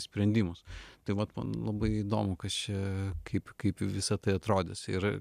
sprendimus tai vat man labai įdomu kas čia kaip kaip visa tai atrodys ir